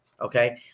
Okay